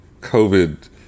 COVID